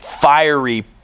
fiery